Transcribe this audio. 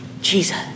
Jesus